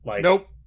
Nope